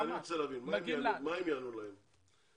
מה הם יענו להם?